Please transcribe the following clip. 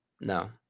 No